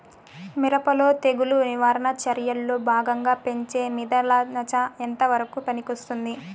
మిరప లో తెగులు నివారణ చర్యల్లో భాగంగా పెంచే మిథలానచ ఎంతవరకు పనికొస్తుంది?